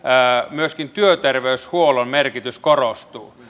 myöskin työterveyshuollon merkitys korostuu